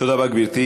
תודה רבה, גברתי.